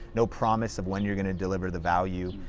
no promise of when you're gonna deliver the value.